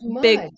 big